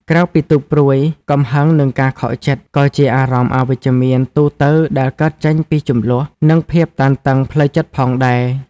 ក្រៅពីទុក្ខព្រួយ កំហឹង និងការខកចិត្ត ក៏ជាអារម្មណ៍អវិជ្ជមានទូទៅដែលកើតចេញពីជម្លោះ និងភាពតានតឹងផ្លូវចិត្តផងដែរ។